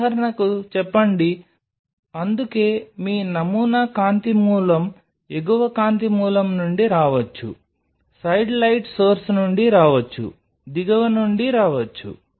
ఉదాహరణకు చెప్పండి అందుకే మీ నమూనా కాంతి మూలం ఎగువ కాంతి మూలం నుండి రావచ్చు సైడ్ లైట్ సోర్స్ నుండి రావచ్చు దిగువ నుండి రావచ్చు